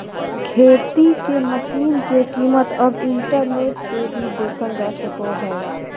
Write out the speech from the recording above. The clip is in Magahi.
खेती के मशीन के कीमत अब इंटरनेट से भी देखल जा सको हय